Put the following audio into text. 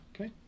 Okay